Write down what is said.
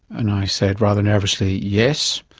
and i said rather nervously, yes.